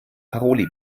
paroli